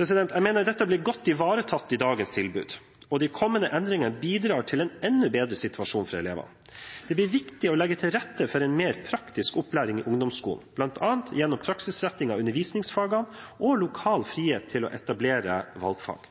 Jeg mener dette blir godt ivaretatt i dagens tilbud. De kommende endringene bidrar til en enda bedre situasjon for elevene. Det blir viktig å legge til rette for en mer praktisk opplæring i ungdomsskolen, bl.a. gjennom praksisretting av undervisningsfagene og lokal frihet til å etablere valgfag.